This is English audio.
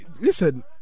listen